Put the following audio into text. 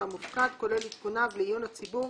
והמופקד כולל עדכוניו לעיון הציבור